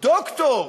דוקטור,